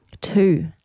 two